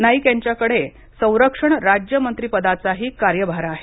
नाईक यांच्याकडे संरक्षण राज्य मंत्रिपदाचाही कार्यभार आहे